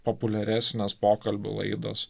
populiaresnės pokalbių laidos